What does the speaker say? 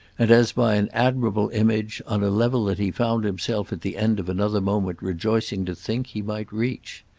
and as by an admirable image, on a level that he found himself at the end of another moment rejoicing to think he might reach.